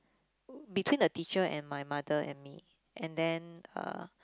between a teacher and my mother and me and then uh